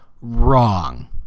wrong